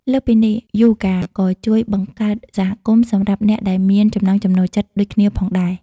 លើសពីនេះ យូហ្គាក៏ជួយ បង្កើតសហគមន៍ សម្រាប់អ្នកដែលមានចំណង់ចំណូលចិត្តដូចគ្នាផងដែរ។